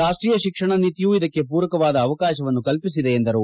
ರಾಷ್ಟೀಯ ಶಿಕ್ಷಣ ನೀತಿಯು ಇದಕ್ಕೆ ಪೂರಕವಾದ ಅವಕಾಶವನ್ನು ಕಲ್ಪಿಸಿದೆ ಎಂದರು